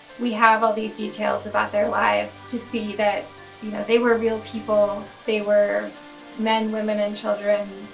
we have all these details about their lives to see that you know they were real people, they were men, women and children,